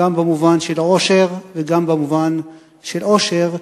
גם במובן של עושר וגם במובן של אושר,